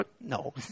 no